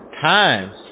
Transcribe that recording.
times